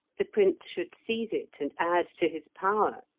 the prince should seize it, and add to his power.